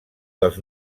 dels